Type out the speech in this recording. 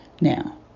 Now